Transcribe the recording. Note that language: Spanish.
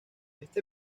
este